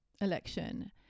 election